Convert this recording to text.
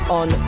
on